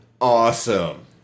awesome